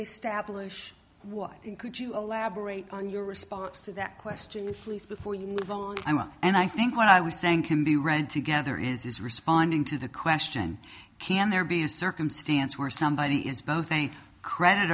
establish what could you elaborate on your response to that question if with before you move on and i think what i was saying can be read together is responding to the question can there be a circumstance where somebody is both a credit